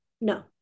no